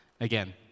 Again